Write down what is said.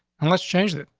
and let's change it.